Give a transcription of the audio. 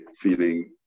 feeling